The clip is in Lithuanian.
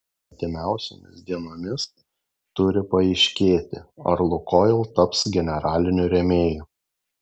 artimiausiomis dienomis turi paaiškėti ar lukoil taps generaliniu rėmėju